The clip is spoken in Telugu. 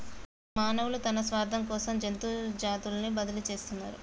మానవులు తన స్వార్థం కోసం జంతు జాతులని బలితీస్తున్నరు